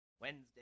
Wednesday